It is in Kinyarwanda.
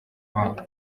wabo